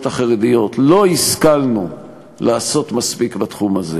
החרדיות לא השכלנו לעשות מספיק בתחום הזה.